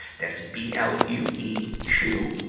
that b l u e chew.